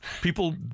People